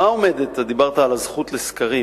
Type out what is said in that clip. דיברת על הזכות לסקרים